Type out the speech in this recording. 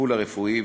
לטיפול הרפואי,